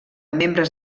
membres